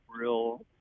real